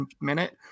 minute